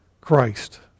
Christ